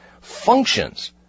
functions